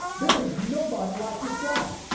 there's nobody like this guy.